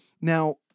Now